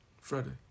Freddie